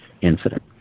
incident